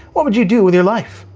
what would you do with your life?